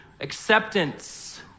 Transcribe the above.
Acceptance